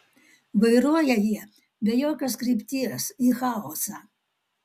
vairuoja jie be jokios krypties į chaosą